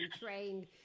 trained